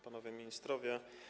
Panowie Ministrowie!